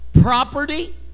property